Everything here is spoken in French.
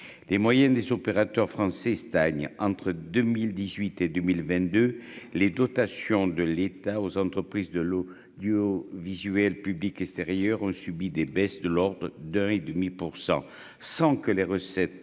les moyens des opérateurs français stagne entre 2018 et 2022 les dotations de l'État aux entreprises de l'eau du oh visuel public extérieur ont subi des baisses de l'ordre d'un et demi pour sans que les recettes